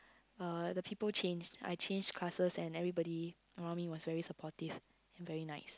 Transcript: uh the people changed I changed classes and everybody around me was very supportive and very nice